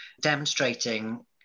demonstrating